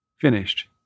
finished